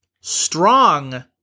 strong